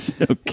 Okay